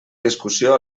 discussió